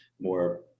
more